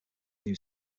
new